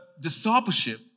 discipleship